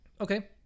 Okay